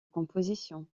composition